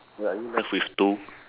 wait are you left with two